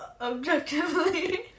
Objectively